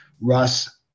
Russ